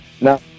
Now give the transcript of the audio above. Now